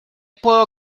puedo